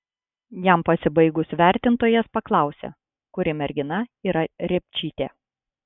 jam pasibaigus vertintojas paklausė kuri mergina yra repčytė